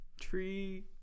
Tree